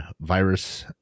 virus